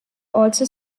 also